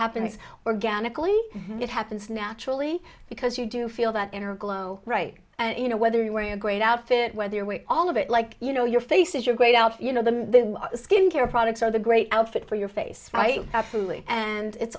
happens organically it happens naturally because you do feel that inner glow right and you know whether you're wearing a great outfit whether your weight all of it like you know your face is your great out you know the skin care products or the great outfit for your face right absolutely and it's